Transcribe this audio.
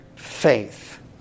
faith